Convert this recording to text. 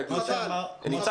תגיד לי.